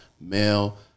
male